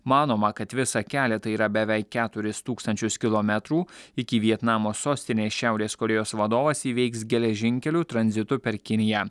manoma kad visą keletą yra beveik keturis tūkstančius kilometrų iki vietnamo sostinės šiaurės korėjos vadovas įveiks geležinkeliu tranzitu per kiniją